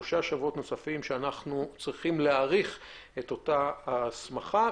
נצרכים שלושה שבועות נוספים שאנחנו צריכים להאריך את אותה ההסמכה.